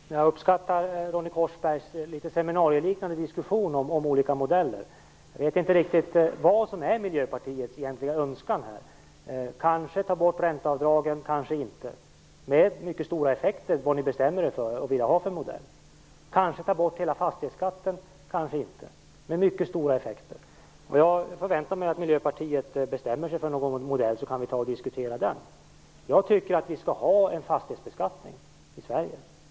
Herr talman! Jag uppskattar Ronny Korsbergs litet seminarieliknande diskussion om olika modeller. Jag vet inte riktigt vilken Miljöpartiets egentliga önskan är. Kanske är den att ta bort ränteavdragen, kanske inte. Det bli mycket stora effekter av det som miljöpartisterna bestämmer sig för och vilken modell de vill ha. Kanske vill de ta bort hela fastighetsskatten, kanske inte. Det blir mycket stora effekter av detta, och jag förväntar mig att Miljöpartiet bestämmer sig för någon modell så att vi kan diskutera den. Jag tycker att vi skall ha en fastighetsbeskattning i Sverige.